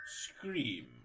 scream